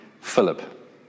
Philip